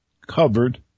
covered